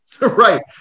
Right